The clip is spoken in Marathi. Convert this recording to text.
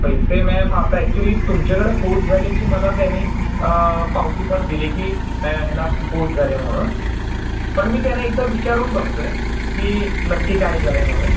पैसे मॅम आता अॅक्च्युअली तुमच्याकडे पोच झाल्याची मला त्याने पावती पण दिली की ए ह्याना पोच झाली आहे म्हणून पण मी त्याना एकदा विचारून बघतो आहे की नक्की काय झालं आहे म्हणून